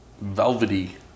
velvety